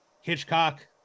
Hitchcock